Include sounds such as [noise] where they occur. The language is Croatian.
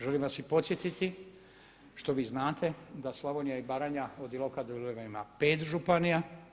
Želim vas i podsjetiti što vi znate da Slavonija i Baranja od Iloka do … [unintelligible] ima pet županija.